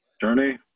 journey